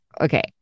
Okay